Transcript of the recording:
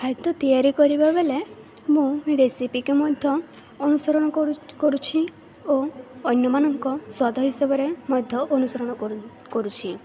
ଖାଦ୍ୟ ତିଆରି କରିବାବେଳେ ମୁଁ ରେସିପିକୁ ମଧ୍ୟ ଅନୁସରଣ କରୁଛି ଓ ଅନ୍ୟମାନଙ୍କ ସ୍ୱାଦ ହିସାବରେ ମଧ୍ୟ ଅନୁସରଣ କରୁଛି